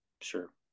sure